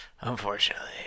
Unfortunately